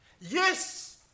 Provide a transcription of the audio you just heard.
Yes